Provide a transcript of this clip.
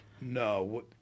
No